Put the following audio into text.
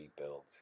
rebuilt